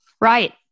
Right